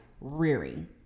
rearing